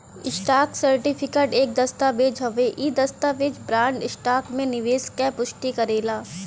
stock certificate एक दस्तावेज़ हउवे इ दस्तावेज बॉन्ड, स्टॉक में निवेश क पुष्टि करेला